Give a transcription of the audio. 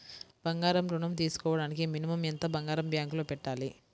బంగారం ఋణం తీసుకోవడానికి మినిమం ఎంత బంగారం బ్యాంకులో పెట్టాలి?